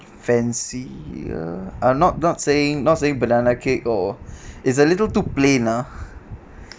fancy uh not not saying not saying banana cake or it's a little too plain ah